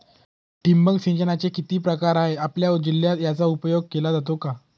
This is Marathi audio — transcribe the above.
ठिबक सिंचनाचे किती प्रकार आहेत? आपल्या जिल्ह्यात याचा उपयोग केला जातो का?